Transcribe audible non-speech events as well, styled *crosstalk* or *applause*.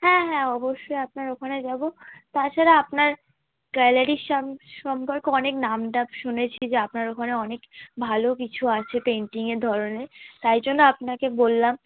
হ্যাঁ হ্যাঁ অবশ্যই আপনার ওখানে যাব তাছাড়া আপনার গ্যালারির *unintelligible* সম্পর্কে অনেক নামডাক শুনেছি যে আপনার ওখানে অনেক ভালো কিছু আছে পেন্টিংয়ের ধরণের তাই জন্য আপনাকে বললাম